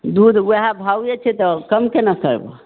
दूध वएह भावै छै तऽ कम केना करबौ